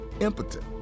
impotent